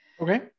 Okay